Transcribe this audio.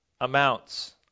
amounts